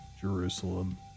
Jerusalem